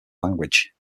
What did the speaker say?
language